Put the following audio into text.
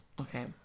Okay